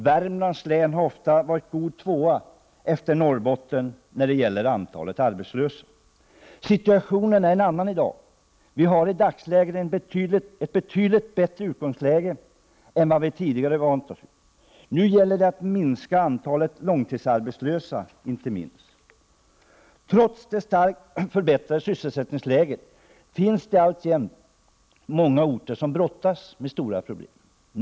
Värmlands län har oftast varit god tvåa efter Norrbottens län i vad gäller antalet arbetslösa. Situationen är nu en annan. Vi har i dagsläget ett betydligt bättre utgångsläge än vad vi tidigare vant oss vid. Nu gäller det att minska antalet långtidsarbetslösa, inte minst. Trots det starkt förbättrade sysselsättningsläget finns det alltjämt många orter som brottas med stora problem.